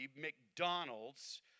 McDonald's